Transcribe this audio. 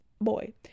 boy